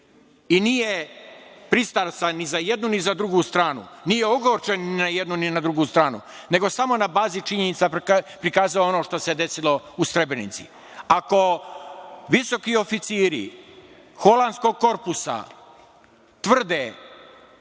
i nije pristrastan ni za jednu, ni za drugu stranu. Nije ogorčen ni na jednu, ni na drugu stranu, nego samo na bazi činjenica je prikazao ono što se desilo u Srebrenici. Ako visoki oficiri holandskog korpusa tvrde